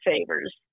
favors